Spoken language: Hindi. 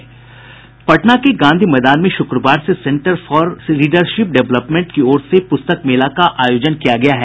पटना के गांधी मैदान में शुक्रवार से सेंटर फॉर रीडरशिप डेवलपमेंट की ओर से प्रस्तक मेला का आयोजन किया गया है